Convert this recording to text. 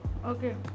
okay